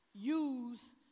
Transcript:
use